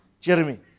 Jeremy